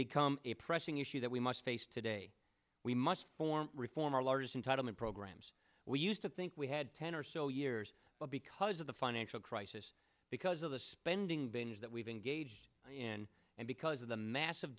become a pressing issue that we must face today we must form reform our largest entitlement programs we used to think we had ten or so years but because of the financial crisis because of the spending binge that we've engaged in and because of the massive